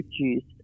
produced